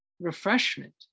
refreshment